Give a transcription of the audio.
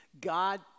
God